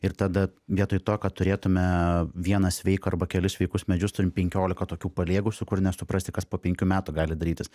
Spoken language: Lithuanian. ir tada vietoj to kad turėtume vieną sveiką arba kelis sveikus medžius turim penkiolika tokių paliegusių kur nesuprasi kas po penkių metų gali darytis